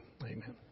Amen